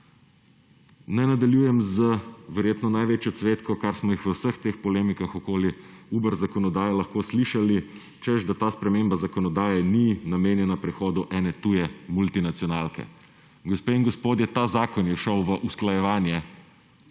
Naj nadaljujem z verjetno največjo cvetko kar smo jih v vseh teh polemikah okoli Uber zakonodaje lahko slišali, češ, da ta sprememba zakonodaje ni namenjena prihodu ene tuje multinacionalke. Gospe in gospodje, ta zakon je šel v usklajevanje